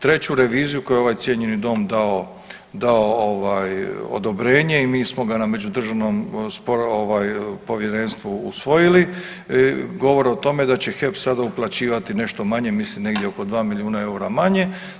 Treću reviziju koji je ovaj cijenjeni dom dao odobrenje i mi smo ga na međudržavnom povjerenstvu usvojili govori o tome da će HEP sada uplaćivati nešto manje, mislim negdje oko 2 milijuna eura manje.